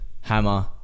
Hammer